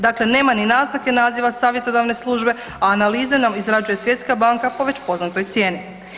Dakle, nema ni naznake naziva savjetodavne službe, a analize nam izrađuje svjetska banka po već poznatoj cijeni.